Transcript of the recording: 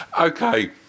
Okay